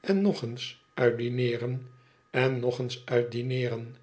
en nog eens uit dineeren en nog eens uit dineeren